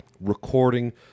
recording